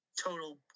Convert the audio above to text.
total